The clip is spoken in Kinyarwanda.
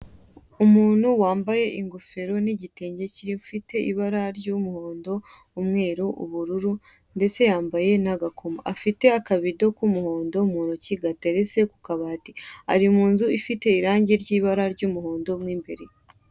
Umuntu wambaye ingofero n'igitenge gifite ibara ry'umuhondo, umweru, ubururu ndetse yambaye nagakomo, afite akabido k'umuhondo mu ntoki gateretse kukabati. Ari mu nzu ifite irangi ry'umuhondo mo imbere.